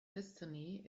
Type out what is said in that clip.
destiny